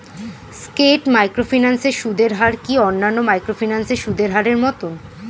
স্কেট microfinance এর সুদের হার কি অন্যান্য মাইক্রোফিন্যান্স এর সুদের হারের মতন?